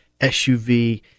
SUV